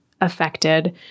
affected